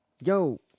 Yo